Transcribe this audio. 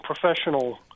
professional